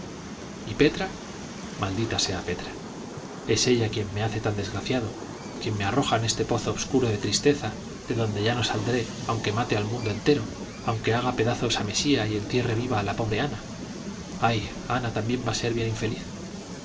y petra maldita sea petra es ella quien me hace tan desgraciado quien me arroja en este pozo obscuro de tristeza de donde ya no saldré aunque mate al mundo entero aunque haga pedazos a mesía y entierre viva a la pobre ana ay ana también va a ser bien infeliz